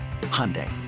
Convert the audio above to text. Hyundai